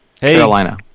Carolina